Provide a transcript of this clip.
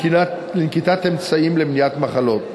לנקיטת אמצעים למניעת מחלות,